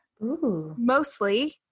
mostly